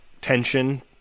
tension